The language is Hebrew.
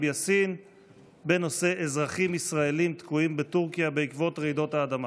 יאסין בנושא: אזרחים ישראלים תקועים בטורקיה בעקבות רעידות האדמה.